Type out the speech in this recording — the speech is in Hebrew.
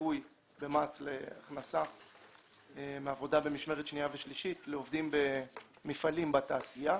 זיכוי במס להכנסה מעבודה במשמרת שנייה ושלישית לעובדים במפעלים בתעשייה.